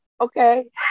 okay